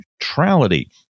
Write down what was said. neutrality